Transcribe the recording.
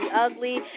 ugly